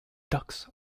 ducks